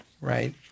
right